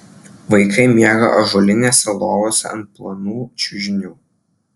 vaikai miega ąžuolinėse lovose ant plonų čiužinių